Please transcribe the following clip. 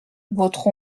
votre